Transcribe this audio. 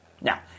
Now